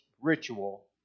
ritual